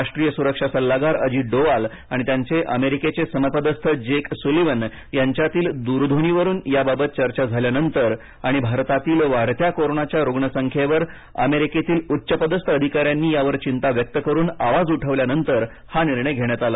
राष्ट्रीय सुरक्षा सल्लागार अजित डोवाल आणि त्यांचे अमेरिकेचे समपदस्थ जेक सुलीवन यांच्यातील दूरध्वनीवरून याबाबत चर्चा झाल्यानंतर आणि भारतातील वाढत्या कोरोनाच्या रुग्ण संख्येवर अमेरिकेतील उच्चपदस्थ अधिकाऱ्यांनी यावर चिंता व्यक्त करून आवाज उठवल्यानंतर हा निर्णय घेण्यात आला